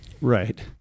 Right